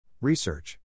Research